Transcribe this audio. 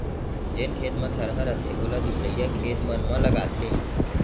जेन खेत म थरहा रथे ओला दूसरइया खेत मन म लगाथें